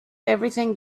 everything